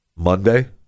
Monday